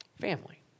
Family